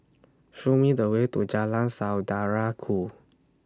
Show Me The Way to Jalan Saudara Ku